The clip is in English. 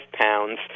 pounds